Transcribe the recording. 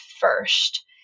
first